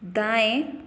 दाएं